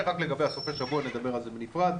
רק לגבי סופי השבוע, נדבר על זה בנפרד.